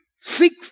Seek